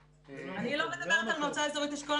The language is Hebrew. אני לא מדברת על מועצה אזורית אשכול,